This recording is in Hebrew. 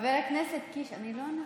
חבר הכנסת קיש, אני לא אנסה.